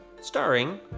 Starring